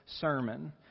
sermon